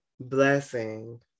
Blessing